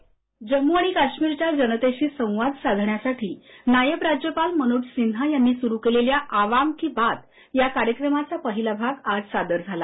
ध्वनी जम्मू आणि काश्मीरच्या जनतेशी संवाद साधण्यासाठी नायब राज्यपाल मनोज सिन्हा यांनी सुरू केलेल्या आवाम की बात या कार्यक्रमाचा पहिला भाग आज सादर झाला